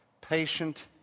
patient